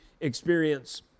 experience